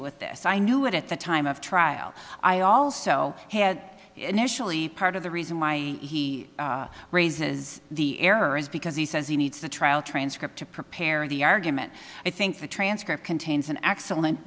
with this i knew it at the time of trial i also had initially part of the reason why he raises the error is because he says he needs the trial transcript to prepare the argument i think the transcript contains an excellent